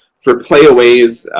for playaways,